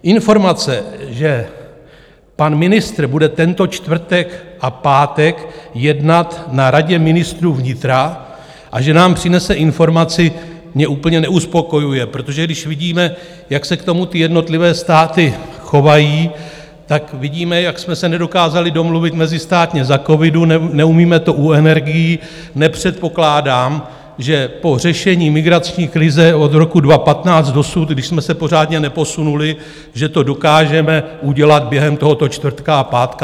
Informace, že pan ministr bude tento čtvrtek a pátek jednat na Radě ministrů vnitra a že nám přinese informaci, mě úplně neuspokojuje, protože když vidíme, jak se k tomu jednotlivé státy chovají, tak vidíme, jak jsme se nedokázali domluvit mezistátně za covidu, neumíme to u energií, nepředpokládám, že po řešení migrační krize od roku 2015 dosud, když jsme se pořádně neposunuli, že to dokážeme udělat během tohoto čtvrtka a pátku.